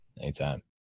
Anytime